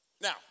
Now